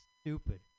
stupid